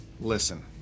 Listen